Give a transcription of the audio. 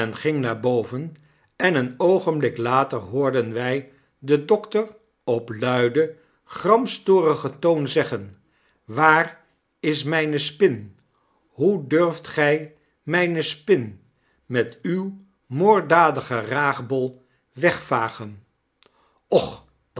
ging naar boven en een oogenblik later hoorden wy den dokter op luiden gramstorigen toon zeggen waar is mijne spin hoe durft gij mjjne-spin met uw moorddadigen raagbol wegvagen